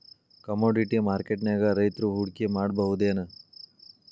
Commodity ಮಾರ್ಕೆಟ್ನ್ಯಾಗ್ ರೈತ್ರು ಹೂಡ್ಕಿ ಮಾಡ್ಬಹುದೇನ್?